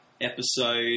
episode